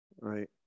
Right